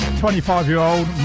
25-year-old